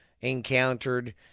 encountered